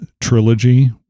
Trilogy